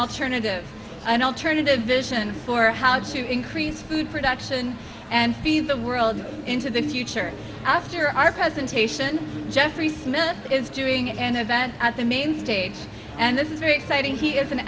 alternative an alternative vision for how to increase food production and feed the world into the future after our presentation jeffrey smith is doing an event at the main stage and this is very exciting he is an